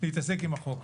להתעסק עם החוק,